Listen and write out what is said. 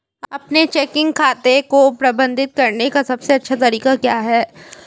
अपने चेकिंग खाते को प्रबंधित करने का सबसे अच्छा तरीका क्या है?